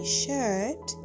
shirt